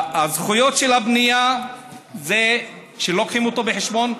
הזכויות של הבנייה שלא מביאים בחשבון,